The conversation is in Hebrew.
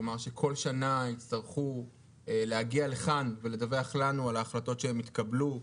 כלומר שכל שנה יצטרכו להגיע לכאן ולדווח לנו על ההחלטות שהתקבלו,